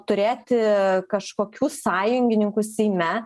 turėti kažkokių sąjungininkų seime